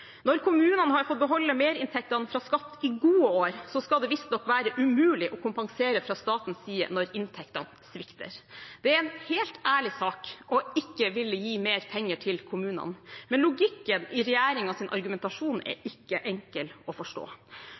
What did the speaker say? Når kommunene har fått beholde merinntektene fra skatt i gode år, skal det visstnok være umulig å kompensere fra statens side når inntektene svikter. Det er en helt ærlig sak ikke å ville gi mer penger til kommunene, men logikken i regjeringens argumentasjon er ikke enkel å forstå.